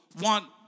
want